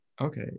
Okay